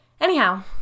Anyhow